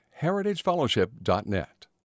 heritagefellowship.net